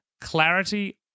Clarity